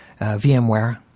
VMware